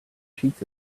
cheats